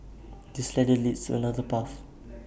this ladder leads to another path